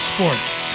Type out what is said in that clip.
Sports